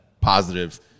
positive